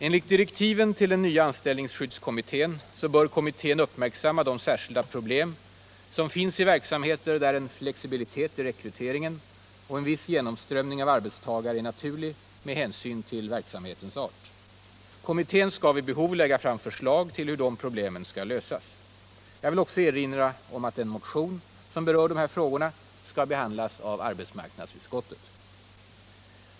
Enligt direktiven till den nya anställningsskyddskommittén bör kommittén uppmärksamma de särskilda problem som finns i verksamheter där en flexibilitet i rekryteringen och en viss genomströmning av arbetstagare är naturlig med hänsyn till verksamhetens art. Kommittén skall vid behov lägga fram förslag om hur dessa problem skall lösas. Jag vill också erinra om att en motion, som även berör dessa frågor, skall behandlas av arbetsmarknadsutskottet.